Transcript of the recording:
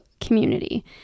community